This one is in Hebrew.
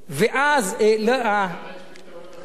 שם יש פתרון אחר.